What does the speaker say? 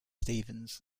stephens